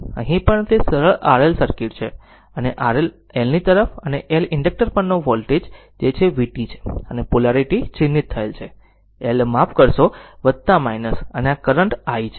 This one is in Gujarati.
અહીં પણ તે સરળ RL સર્કિટ છે આ Lની તરફ અને L ઇન્ડક્ટર પરનો વોલ્ટેજ છે જે vt છે અને પોલારીટી ચિહ્નિત થયેલ છે L માફ કરશો અને આ કરંટ i છે